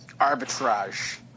Arbitrage